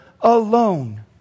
alone